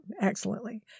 Excellently